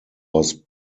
was